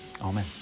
Amen